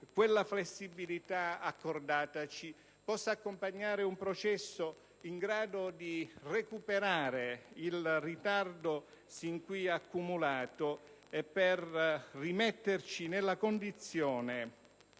che la flessibilità accordataci possa accompagnare un processo in grado di recuperare il ritardo sin qui accumulato e di rimetterci nella condizione